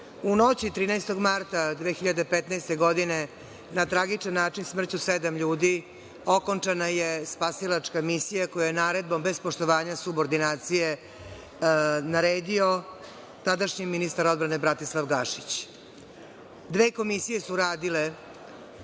noći 13. marta 2015. godine, na tragičan način, smrću sedam ljudi, okončana je spasilačka misija koju je naredbom, bez poštovanja subordinacije, naredio tadašnji ministar odbrane Bratislav Gašić. Dve komisije su radile